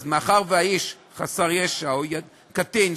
מאחר שהאיש חסר ישע או קטין,